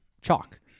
Chalk